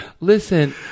Listen